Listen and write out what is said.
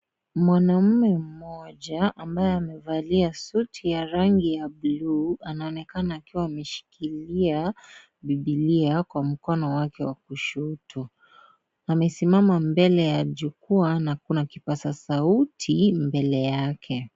Mwanaume mmoja ambaye amevalia suti ya rangi ya buluu anaonekana akiwa ameshikilia bibilia kwa mkono wake wa kushoto amesimama mbele ya jukwaa na kuna kipasa sauti mbele yake.